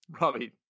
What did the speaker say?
Robbie